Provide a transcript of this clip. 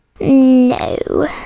No